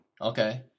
Okay